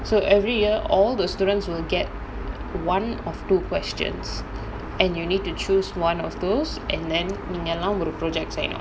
so every year all the students will get one of two questions and you need to choose one of those and then நீங்கல்லாம் ஒரு:neengalaam oru project செய்யலாம்:seiyalaam